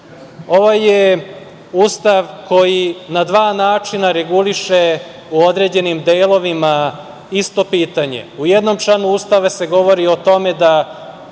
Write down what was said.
Ovo je Ustav koji na dva načina reguliše u određenim delovima isto pitanje. U jednom članu Ustava se govori o tome da